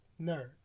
nerd